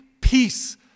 peace